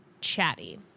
CHATTY